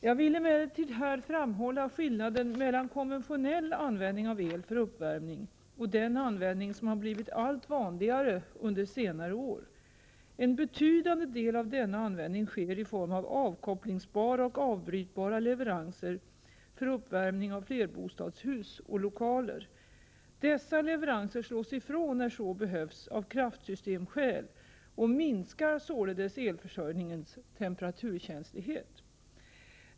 Jag vill emellertid här framhålla skillnaden mellan konventionell användning av el för uppvärmning och den användning som har blivit allt vanligare under senare år. En betydande del av denna användning sker i form av avkopplingsbara och avbrytbara leveranser för uppvärmning av flerbostadshus och lokaler. Dessa leveranser slås ifrån när så behövs av kraftsystemsskäl och minskar således elförsörjningens temperaturkänslighet.